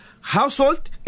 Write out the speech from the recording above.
household